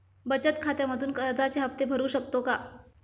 बचत खात्यामधून कर्जाचे हफ्ते भरू शकतो का?